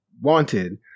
wanted